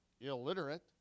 illiterate